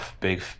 big